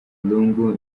lungu